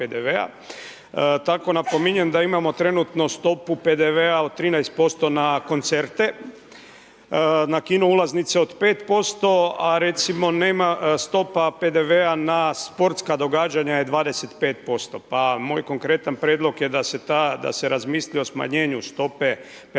da napominjem da imamo trenutno stopu PDV-a od 13% na koncerte, na kino ulaznice od 5%, a recimo nema stopa PDV-a na sportska događanja je 25% pa moj konkretan prijedlog je da se razmisli o smanjenju stope PDV-a